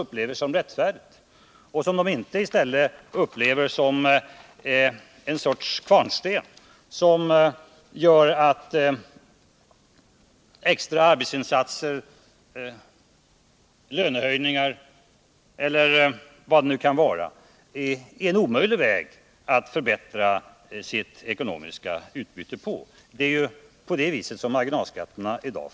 Människor skall inte behöva uppleva marginalskatterna som en sorts kvarnsten som gör att extra arbetsinsatser, lönehöjningar och sådant är en omöjlig väg för att förbättra den egna ekonomiska situationen. Men så fungerar ju marginalskatterna i dag.